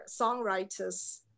songwriters